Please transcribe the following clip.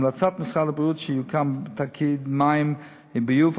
המלצת משרד הבריאות היא שיוקם תאגיד מים וביוב,